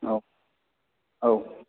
औ औ